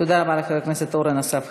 תודה רבה לחבר הכנסת אורן אסף חזן.